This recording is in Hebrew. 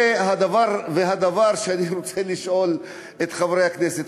והדבר שאני רוצה לשאול את חברי הכנסת,